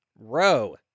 Row